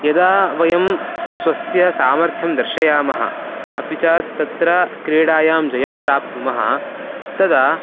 यदा वयं स्वस्य सामर्थ्यं दर्शयामः अपि च तत्र क्रीडायां जयं प्राप्नुमः तदा